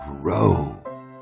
grow